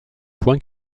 point